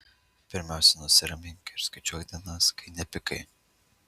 pirmiausia nusiramink ir skaičiuok dienas kai nepykai